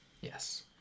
yes